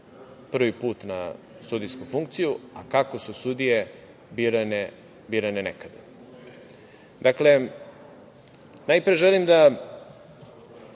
prvi put na sudijsku funkciju, a kako su sudije birane nekada. Dakle, najpre želim da